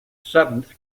seventh